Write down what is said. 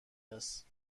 است